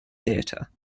theatre